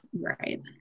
right